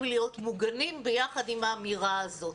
להיות מוגנים יחד עם האמירה הזאת.